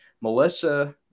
Melissa –